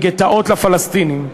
גטאות לפלסטינים,